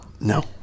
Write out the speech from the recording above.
No